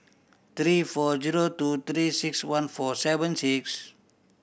three four zero two Three Six One four seven six